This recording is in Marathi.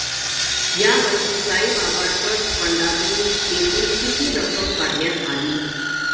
यावर्षी साईबाबा ट्रस्ट फंडातून एकूण किती रक्कम काढण्यात आली?